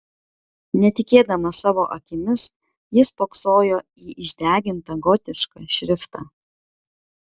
netikėdamas savo akimis jis spoksojo į išdegintą gotišką šriftą